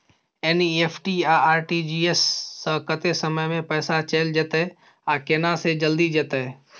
NEFT आ RTGS स कत्ते समय म पैसा चैल जेतै आ केना से जल्दी जेतै?